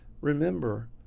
remember